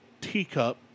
teacup